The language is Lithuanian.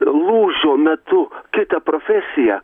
lūžio metu kitą profesiją